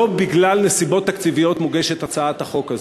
לא בגלל נסיבות תקציביות מוגשת הצעת החוק הזו.